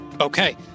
Okay